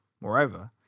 Moreover